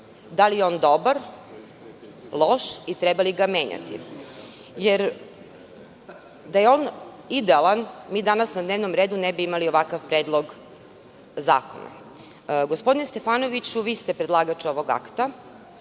Da li je on dobar, loš i treba li ga menjati? Da je on idealan, mi danas na dnevnom redu ne bi imali ovakav Predlog zakona. Gospodine Stefanoviću vi ste predlagač ovog akta.